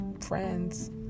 Friends